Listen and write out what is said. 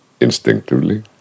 instinctively